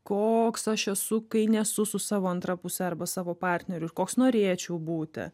koks aš esu kai nesu su savo antra puse arba savo partneriu ir koks norėčiau būti